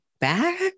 back